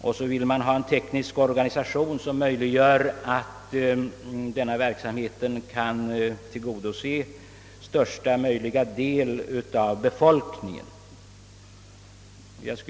Vidare vill vi ha en teknisk organisation som möjliggör att verksamheten kan tillgodose största möjliga del av befolkningen.